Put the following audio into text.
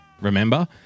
Remember